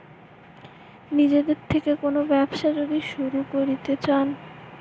নিজের থেকে কোন ব্যবসা যদি শুরু করতে চাই